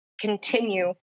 continue